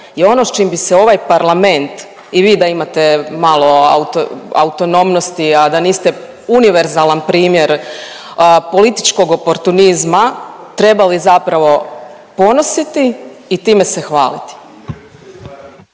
je ono s čim bi se ovaj parlament i vi da imate autonomnosti, a da niste univerzalan primjer političkog oportunizma trebali zapravo ponositi i time se hvaliti.